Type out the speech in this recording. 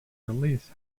release